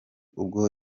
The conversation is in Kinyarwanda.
ubwo